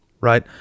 right